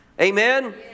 Amen